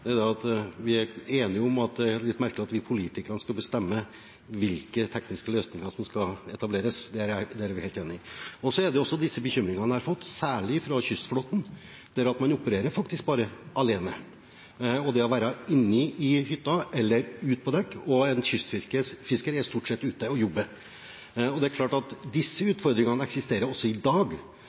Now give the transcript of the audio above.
at det er litt merkelig at vi politikere skal bestemme hvilke tekniske løsninger som skal etableres. Der er vi helt enige. Så er det også disse bekymringene jeg har fått, særlig fra kystflåten, om at man faktisk opererer alene. Det er inne i hytta eller ute på dekk, og en kystfisker er stort sett ute og jobber. Det er klart at disse utfordringene eksisterer også i dag,